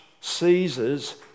Caesars